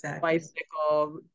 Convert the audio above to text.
bicycle